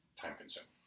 time-consuming